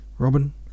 robin